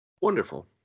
Wonderful